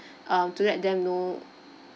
um to let them know